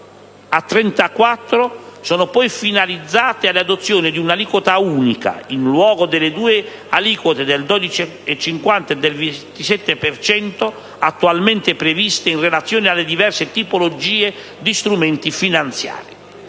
a 34 sono poi finalizzate all'adozione di un'aliquota unica, in luogo delle due aliquote del 12,50 e del 27 per cento, attualmente previste in relazione alle diverse tipologie di strumenti finanziari.